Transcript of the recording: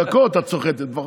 בדקות את סוחטת.